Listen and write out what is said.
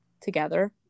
together